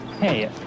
Hey